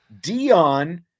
Dion